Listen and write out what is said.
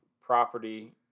property